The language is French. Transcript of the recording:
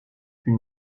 fut